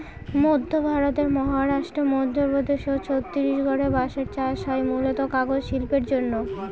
মধ্য ভারতের মহারাষ্ট্র, মধ্যপ্রদেশ ও ছত্তিশগড়ে বাঁশের চাষ হয় মূলতঃ কাগজ শিল্পের জন্যে